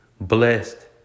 blessed